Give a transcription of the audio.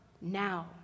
now